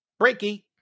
breaky